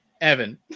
Evan